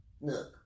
Look